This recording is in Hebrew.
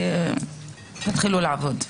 תתחילו לעבוד.